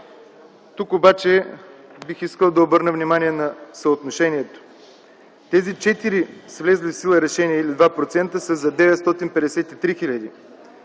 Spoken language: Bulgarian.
Тук обаче бих искал да обърна внимание на съотношението. Тези 4 влезли в сила решения или 2% са за 953 хил.